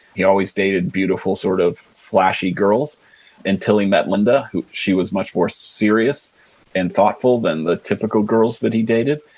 he always dated beautiful sort of flashy girls until he met linda. she was much more serious and thoughtful than the typical girls that he dated.